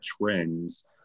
trends